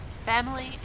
Family